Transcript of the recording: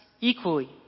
equally